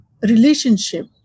relationship